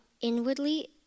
inwardly